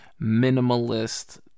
minimalist